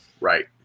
Right